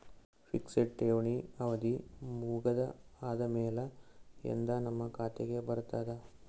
Fixed ಠೇವಣಿ ಅವಧಿ ಮುಗದ ಆದಮೇಲೆ ಎಂದ ನಮ್ಮ ಖಾತೆಗೆ ಬರತದ?